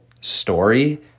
story